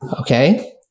Okay